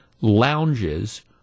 lounges